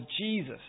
Jesus